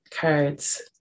cards